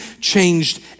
changed